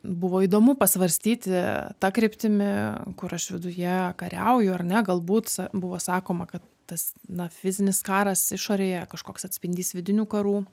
buvo įdomu pasvarstyti ta kryptimi kur aš viduje kariauju ar ne galbūt buvo sakoma kad tas na fizinis karas išorėje kažkoks atspindys vidinių karų